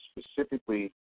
specifically